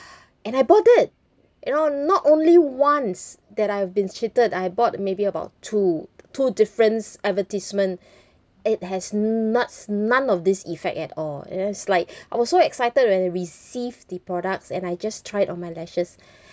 and I bought it you know not only once that I've been cheated I bought maybe about two two difference advertisement it has not none of this effect at all and it's like I was so excited when I received the products and I just tried on my lashes